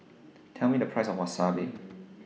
Tell Me The Price of Wasabi